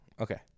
Okay